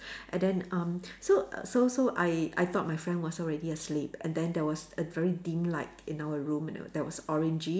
and then um so so so I I thought my friend was already asleep and then there was a very dim light in our room that was orangey